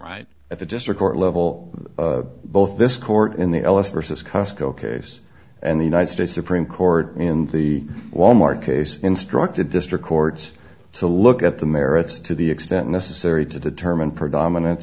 right at the district court level both this court in the us versus cosco case and the united states supreme court in the wal mart case instructed district courts to look at the merits to the extent necessary to determine predominan